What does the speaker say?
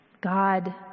God